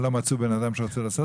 לא מצאו בן אדם שרוצה לעסוק בזה?